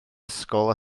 ysgol